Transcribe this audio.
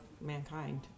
mankind